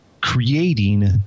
creating